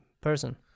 person